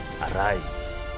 Arise